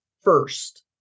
First